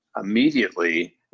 immediately